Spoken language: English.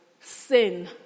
sin